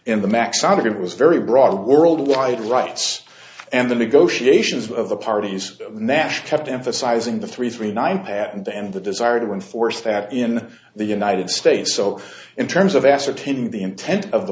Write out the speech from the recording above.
in the max out of it was very broad world wide rights and the negotiations of the party's national kept emphasizing the three three nine patent and the desire to enforce that in the united states so in terms of ascertaining the intent of the